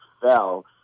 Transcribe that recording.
fell